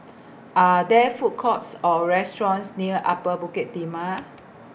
Are There Food Courts Or restaurants near Upper Bukit Timah